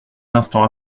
l’instant